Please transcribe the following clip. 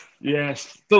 Yes